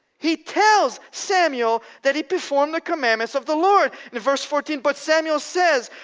he tells samuel that he performed the commandments of the lord. in verse fourteen but samuel says,